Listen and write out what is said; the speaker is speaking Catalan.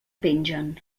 pengen